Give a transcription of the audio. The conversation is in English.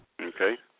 Okay